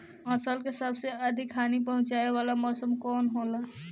फसल के सबसे अधिक हानि पहुंचाने वाला मौसम कौन हो ला?